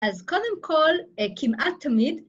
‫אז קודם כול, כמעט תמיד...